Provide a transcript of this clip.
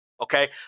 Okay